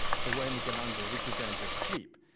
it's the way michelangelo represented sleep,